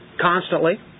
constantly